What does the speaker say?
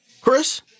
Chris